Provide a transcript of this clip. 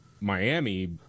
Miami